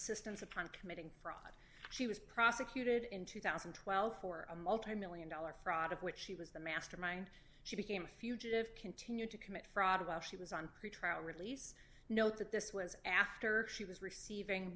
e upon committing fraud she was prosecuted in two thousand and twelve for a multimillion dollar fraud of which she was the mastermind she became a fugitive continue to commit fraud about she was on pretrial release note that this was after she was receiving